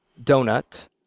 donut